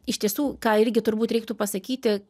iš tiesų ką irgi turbūt reiktų pasakyti